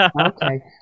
Okay